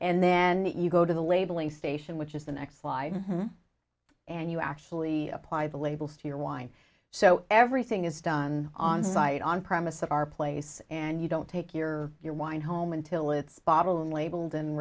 and then you go to the labeling station which is the next slide and you actually apply the labels to your wine so everything is done on the site on premise of our place and you don't take your your wine home until it's bottle unlabeled and